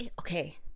okay